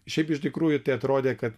šiaip iš tikrųjų tai atrodė kad